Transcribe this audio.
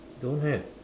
don't have